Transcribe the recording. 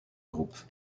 groupe